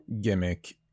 gimmick